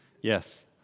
Yes